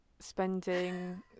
spending